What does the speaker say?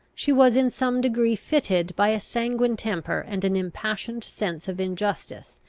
she was in some degree fitted by a sanguine temper, and an impassioned sense of injustice,